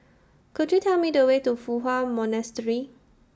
Could YOU Tell Me The Way to Fu Hua Monastery